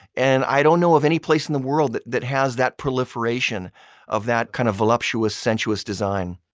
and i don't know of any place in the world that that has that proliferation of that kind of voluptuous, sensuous design.